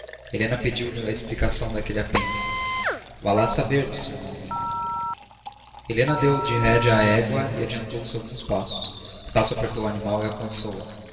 helena pediu-lhe a explicação daquele apêndice vá lá saber disse o irmão rindo helena deu de rédea à égua e adiantou-se alguns passos estácio apertou o animal e alcançou a